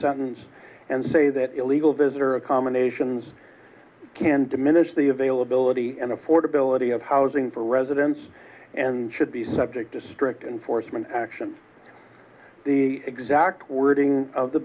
sentence and say that illegal visitor accommodations can diminish the availability and affordability of housing for residents and should be subject to strict enforcement actions the exact wording of the